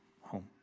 home